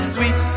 Sweet